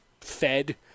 fed